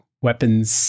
weapons